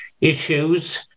issues